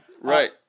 Right